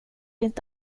inte